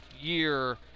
year